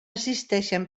existeixen